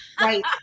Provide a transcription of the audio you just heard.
Right